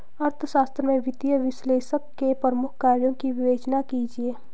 अर्थशास्त्र में वित्तीय विश्लेषक के प्रमुख कार्यों की विवेचना कीजिए